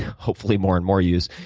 hopefully more and more use,